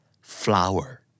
Flower